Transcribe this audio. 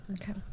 okay